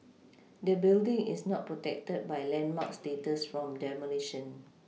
the building is not protected by landmark status from demolition